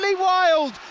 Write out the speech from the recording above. wild